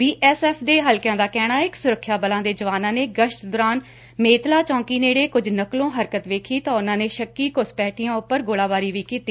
B S F ਦੇ ਹਲਕਿਆ ਦਾ ਕਹਿਣਾ ਏ ਕਿ ਸੁਰੱਖਿਆ ਬਲਾ ਦੇ ਜਵਾਨਾ ਨੇ ਗਸ਼ਤ ਦੌਰਾਨ ਮੇਤਲਾ ਚੌਂਕੀ ਨੇੜੇ ਕੁਝ ਨਕਲੋ ਹਰਕਤ ਵੇਖੀ ਤਾਂ ਉਨੂਾਂ ਨੇ ਸ਼ੱਕੀ ਘੁਸਪੈਠੀਆਂ ਉਪਰ ਗੋਲੀਬਾਰੀ ਵੀ ਕੀਤੀ